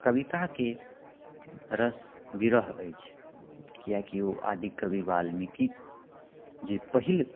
कविताकेंँ रस विरह अछि किआकि ओ आदिकवि वाल्मीकि जे पहिल